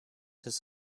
his